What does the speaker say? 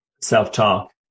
self-talk